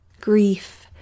grief